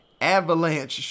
Avalanche